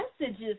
messages